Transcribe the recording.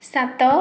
ସାତ